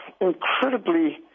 incredibly